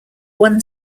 one